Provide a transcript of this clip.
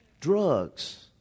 Drugs